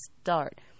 start